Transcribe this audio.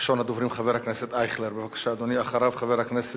ראשון הדוברים, חבר הכנסת